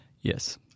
Yes